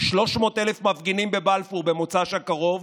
300,000 מפגינים בבלפור במוצ"ש הקרוב,